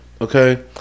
okay